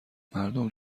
مردم